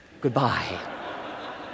Goodbye